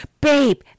Babe